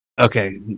Okay